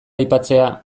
aipatzea